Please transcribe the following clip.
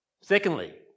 secondly